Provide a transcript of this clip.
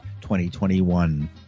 2021